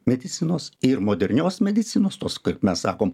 medicinos ir modernios medicinos tos kaip mes sakome